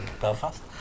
Belfast